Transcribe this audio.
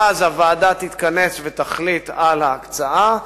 ואז הוועדה תתכנס ותחליט על ההקצאה,